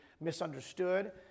misunderstood